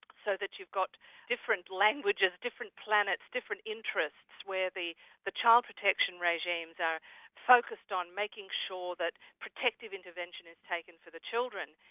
so that you've got different languages, different planets, different interests where the the child protection regimes are focused on making sure that protective intervention is taken for the children,